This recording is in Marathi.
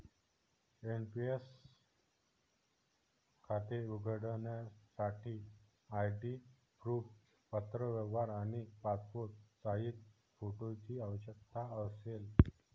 एन.पी.एस खाते उघडण्यासाठी आय.डी प्रूफ, पत्रव्यवहार आणि पासपोर्ट साइज फोटोची आवश्यकता असेल